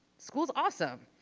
school's awesome!